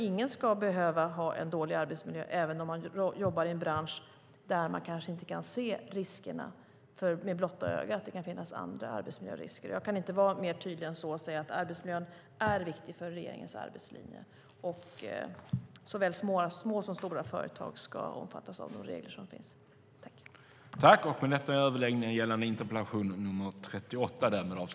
Ingen ska behöva ha en dålig arbetsmiljö även om man jobbar i en bransch där man kanske inte kan se riskerna med blotta ögat. Det kan finnas andra arbetsmiljörisker. Jag kan inte vara mer tydlig än så. Arbetsmiljön är viktig för regeringens arbetslinje. Såväl små som stora företag ska omfattas av de regler som finns.